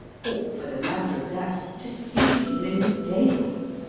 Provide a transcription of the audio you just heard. or, for the matter of that, to see him in the daylight.